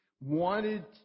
wanted